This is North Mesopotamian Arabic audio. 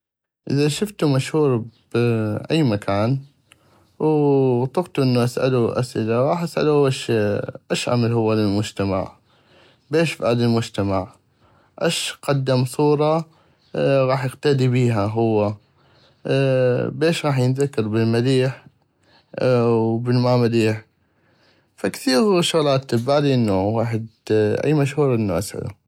اذا شفتو مشهور ب اي مكان وطقتو انو اسئلو اسئلة غاح اسئلو اش اش عمل هو للمجتمع بيش فاد المجتمع اش قدم صورة غاح يقتدي بيها هو بيش غاح ينذكر بل المليح وبل الما مليح فكثيغ شغلات ببالي انو ويحد اي مشهور انو اسئلو.